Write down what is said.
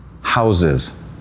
houses